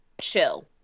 chill